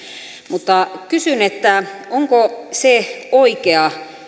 mutta kysyn onko se oikea